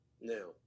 Now